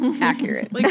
Accurate